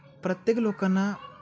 प्रत्येक लोकांना